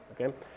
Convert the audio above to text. okay